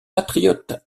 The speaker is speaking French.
patriotes